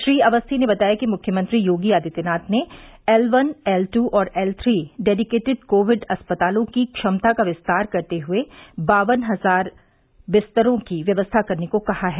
श्री अवस्थी ने बताया कि मुख्यमंत्री योगी आदित्यनाथ ने एल वन एल टू और एल थ्री डेडीकेटेड कोविड अस्पतालों की क्षमता का विस्तार करते हुए बावन हजार बिस्तरों की व्यवस्था करने को कहा है